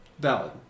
valid